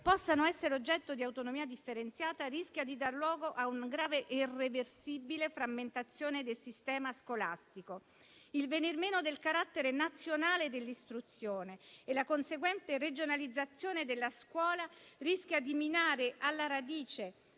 possano essere oggetto di autonomia differenziata rischia di dar luogo a una grave e irreversibile frammentazione del sistema scolastico. Il venir meno del carattere nazionale dell'istruzione e la conseguente regionalizzazione della scuola rischiano di minare alla radice